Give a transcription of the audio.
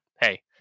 hey